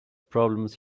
problems